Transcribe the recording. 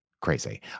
Crazy